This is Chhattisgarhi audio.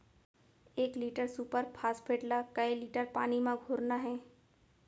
एक लीटर सुपर फास्फेट ला कए लीटर पानी मा घोरना हे?